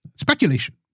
speculation